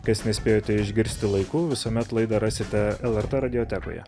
kas nespėjote išgirsti laiku visuomet laidą rasite lrt radiotekoje